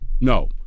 No